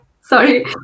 sorry